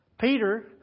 Peter